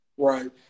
Right